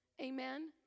Amen